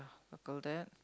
circle that